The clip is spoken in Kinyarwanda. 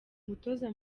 umutoza